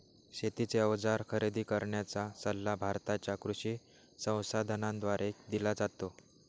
शेतीचे अवजार खरेदी करण्याचा सल्ला भारताच्या कृषी संसाधनाद्वारे दिला जातो